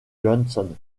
johnson